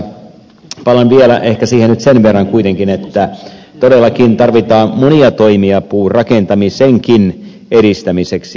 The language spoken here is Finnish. palaan nyt vielä siihen ehkä sen verran kuitenkin että todellakin tarvitaan monia toimia puurakentamisenkin edistämiseksi